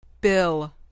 Bill